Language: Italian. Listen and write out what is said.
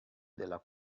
della